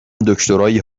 دکترای